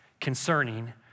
concerning